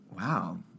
Wow